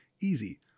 easy